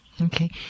Okay